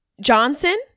Johnson